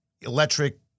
electric